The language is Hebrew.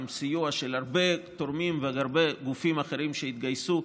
עם סיוע של הרבה תורמים והרבה גופים אחרים שהתגייסו.